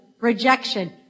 Rejection